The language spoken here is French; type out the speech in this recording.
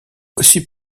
aussi